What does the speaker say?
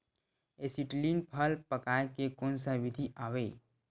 Acetylene फल पकाय के कोन सा विधि आवे?